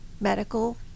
medical